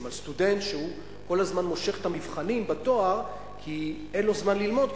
על סטודנט שכל הזמן מושך את המבחנים בתואר כי אין לו זמן ללמוד,